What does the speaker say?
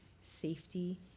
safety